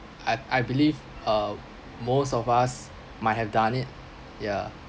I believe uh most of us might have done it ya